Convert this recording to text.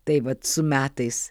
tai vat su metais